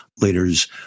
leaders